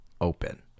open